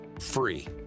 free